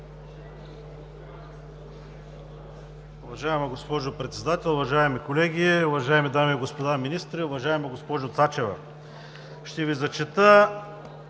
Уважаема госпожо Председател, уважаеми колеги, уважаеми дами и господа министри! Уважаема госпожо Цачева, ще Ви зачета